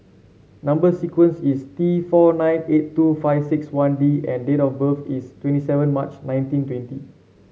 number sequence is T four nine eight two five six one D and date of birth is twenty seven March nineteen twenty